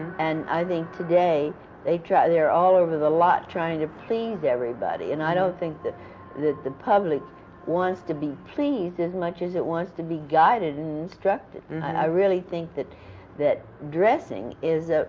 and i think today they try they're all over the lot, trying to please everybody, and i don't think that the the public wants to be pleased as much as it wants to be guided and instructed. i really think that that dressing is